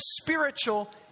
spiritual